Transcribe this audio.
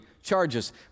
Charges